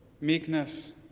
meekness